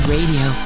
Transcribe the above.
Radio